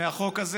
מהחוק הזה.